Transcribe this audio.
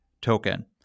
token